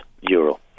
euro